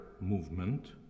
movement